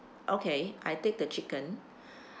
okay I take the chicken